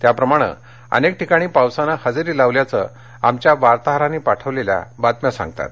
त्याप्रमाणे अनेक ठिकाणी पावसानं हजेरी लावल्याचं आमच्या वार्ताहरांनी पाठवलेल्या बातम्या सांगतात